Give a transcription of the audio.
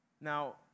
Now